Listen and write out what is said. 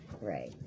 Right